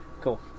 Cool